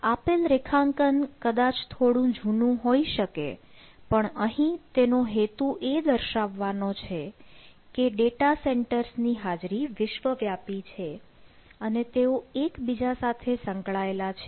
આપેલ રેખાંકન કદાચ થોડું જૂનું હોઈ શકે પણ અહીં તેનો હેતુ એ દર્શાવવાનો છે કે ડેટા સેન્ટર્સ ની હાજરી વિશ્વ વ્યાપી છે અને તેઓ એકબીજા સાથે સંકળાયેલા છે